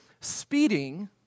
speeding